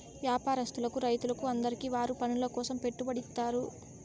వ్యాపారస్తులకు రైతులకు అందరికీ వారి పనుల కోసం పెట్టుబడి ఇత్తారు